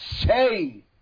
say